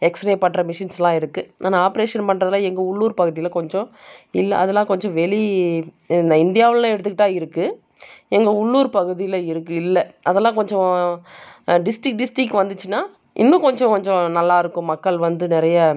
x ray பண்ணுற மிஷின்ஸெலாம் இருக்குது ஆனால் ஆப்ரேஷன் பண்ணுறதுல எங்கள் உள்ளூர் பகுதியில் கொஞ்சம் இல்லை அதெல்லாம் கொஞ்சம் வெளி இந்த இந்தியாவில் எடுத்துக்கிட்டால் இருக்குது எங்கள் உள்ளூர் பகுதியில் இருக்குது இல்லை அதெல்லாம் கொஞ்சம் டிஸ்ட்ரிக் டிஸ்ட்ரிக் வந்துச்சுனா இன்னும் கொஞ்சம் கொஞ்சம் நல்லாயிருக்கும் மக்கள் வந்து நிறைய